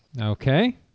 Okay